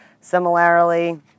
Similarly